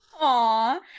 Aw